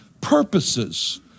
purposes